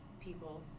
people